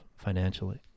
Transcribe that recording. financially